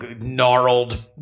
gnarled